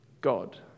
God